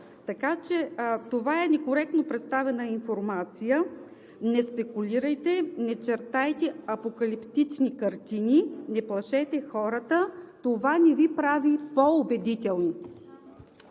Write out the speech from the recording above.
Така че това е некоректно представена информация. Не спекулирайте, не чертайте апокалиптични картини, не плашете хората! Това не Ви прави по-убедителни!